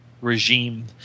regime